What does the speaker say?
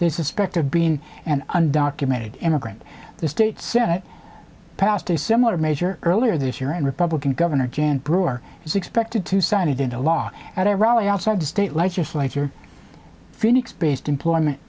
they suspect of being an undocumented immigrant the state senate passed a similar measure earlier this year and republican governor jan brewer is expected to sign it into law at a rally outside the state legislature phoenix based employment